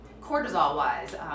cortisol-wise